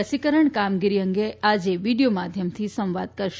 રસીકરણ કામગીરી અંગે આજે વીડિયો માધ્યમથી સંવાદ કરશે